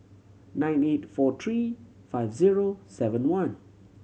nine eight four three five zero seven one